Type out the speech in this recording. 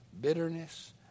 bitterness